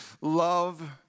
love